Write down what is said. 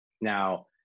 now